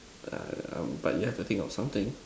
uh um you have to think of something